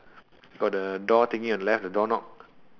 got the door thingy on the left on the door knob